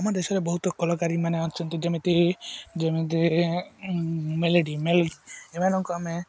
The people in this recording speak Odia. ଆମ ଦେଶରେ ବହୁତ କଳକାରୀମାନେ ଅଛନ୍ତି ଯେମିତି ଯେମିତି ମେଲୋଡ଼ି ମେଲୋଡ଼ି ଏମାନଙ୍କୁ ଆମେ